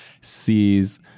sees